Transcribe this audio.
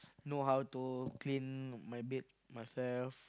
know how to clean my bed myself